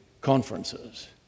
conferences